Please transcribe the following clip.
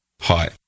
Hi